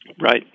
Right